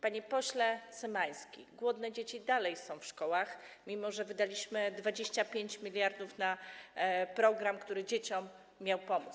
Panie pośle Cymański, głodne dzieci nadal są w szkołach, mimo że wydaliśmy 25 mld zł na program, który dzieciom miał pomóc.